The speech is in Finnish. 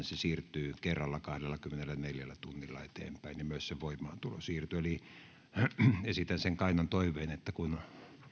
se siirtyy kerralla kahdellakymmenelläneljällä tunnilla eteenpäin ja myös sen voimaantulo siirtyy esitän sen kainon toiveen kun